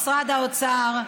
משרד האוצר,